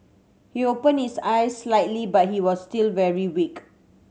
he opened his eyes slightly but he was still very weak